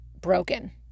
broken